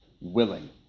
willing